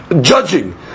judging